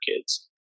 kids